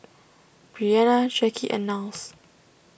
Bryana Jacque and Niles